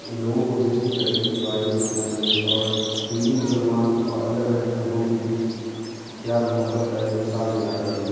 لوگوں کو دیش کی ترقی کے باڑے میں سوچنا چاہیے اور ہندو مسلمان اور الگ الگ دھرموں کے بیچ پیار محبت کا ایک مثال دینا چاہیے